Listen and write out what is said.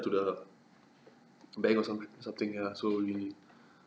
to the bank or some something ya so we